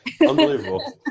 Unbelievable